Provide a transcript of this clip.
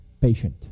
patient